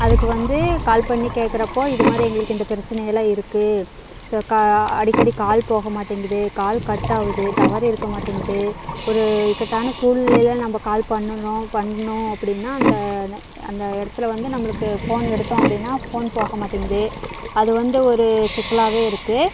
அதுக்கு வந்து கால் பண்ணி கேட்குறப்போ இதுமாதிரி எங்களுக்கு இந்த பிரச்சனைக்கெல்லாம் இருக்குது ஸோ கா அடிக்கடி கால் போகமாட்டேங்கிது கால் கட்டாகுது டவர் இருக்கமாட்டேங்கிது ஒரு இக்கட்டான சூழ்நிலையில நம்ம கால் பண்ணணும் பண்ணணும் அப்படினா அந்த அந்த இடத்துல வந்து நம்மளுக்கு ஃபோன் எடுத்தோம் அப்படினா ஃபோன் போகமாட்டேங்குது அது வந்து ஒரு சிக்கலாகவே இருக்குது